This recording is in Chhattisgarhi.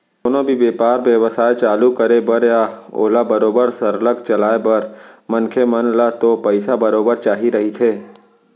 कोनो भी बेपार बेवसाय चालू करे बर या ओला बरोबर सरलग चलाय बर मनखे मन ल तो पइसा बरोबर चाही रहिथे